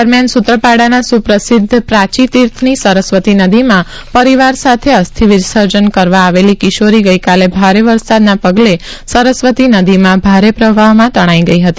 દરમિયાન સૂત્રાપાડાના સુપ્રસિદ્ધ પારહી તીર્થની સરસ્વતી નદીમાં પરિવાર સાથે અસ્થી વિસર્જન કરવા આવેલી કિશોરી ગઈકાલે ભારે વરસાદના પગલે સરસ્વતી નદીમાં ભારે પ્રવાહમાં તણાઈ ગઈ હતી